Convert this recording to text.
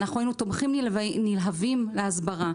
אנחנו תומכים נלהבים להסברה,